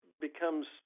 becomes